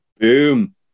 Boom